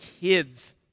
kids